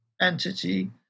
entity